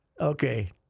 Okay